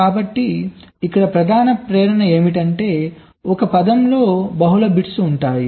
కాబట్టి ఇక్కడ ప్రధాన ప్రేరణ ఏమిటంటే ఒక పదంలో బహుళ బిట్స్ ఉంటాయి